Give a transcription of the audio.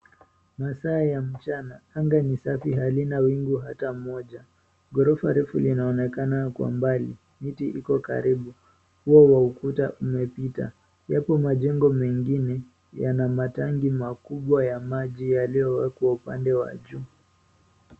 Masaa ya mchana, anga ni safi halina wingu hata moja. Ghorofa refu linaonekana kwa mbali miti iko karibu. Uo wa ukuta umepita, yapo majengo mengine yana matangi makubwa ya maji yaliyowekwa upande wa juu.